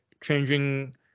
changing